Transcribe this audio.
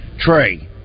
Trey